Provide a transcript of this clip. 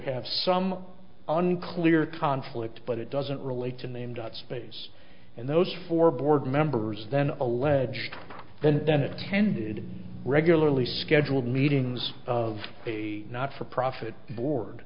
have some unclear conflict but it doesn't relate to named space and those four board members then alleged then that attended regularly scheduled meetings of a not for profit board